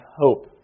hope